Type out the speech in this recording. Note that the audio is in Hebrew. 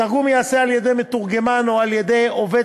התרגום ייעשה על-ידי מתורגמן או על-ידי עובד